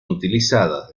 utilizadas